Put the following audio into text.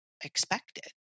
expected